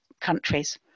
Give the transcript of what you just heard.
countries